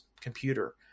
computer